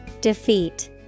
Defeat